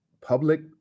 public